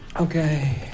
Okay